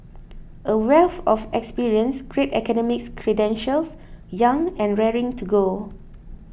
a wealth of experience great academic credentials young and raring to go